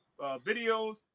videos